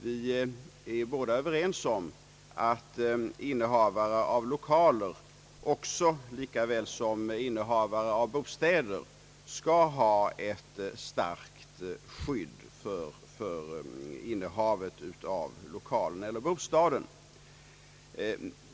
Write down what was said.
Vi är överens om att innehavare av lokaler lika väl som innehavare av bostäder skall ha ett starkt skydd för innehavet.